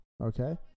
okay